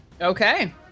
okay